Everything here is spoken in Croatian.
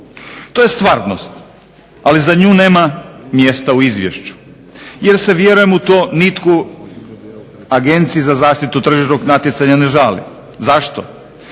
To je stvarnost, ali za nju nema mjesta u izvješću jer se vjerujem na to nitko u Agenciji za zaštitu tržišnog natjecanja ne žali. Zašto?